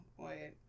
Wait